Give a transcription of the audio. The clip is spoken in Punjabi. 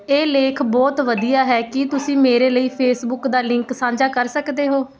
ਇਹ ਲੇਖ ਬਹੁਤ ਵਧੀਆ ਹੈ ਕੀ ਤੁਸੀਂ ਮੇਰੇ ਲਈ ਫੇਸਬੁੱਕ ਦਾ ਲਿੰਕ ਸਾਂਝਾ ਕਰ ਸਕਦੇ ਹੋ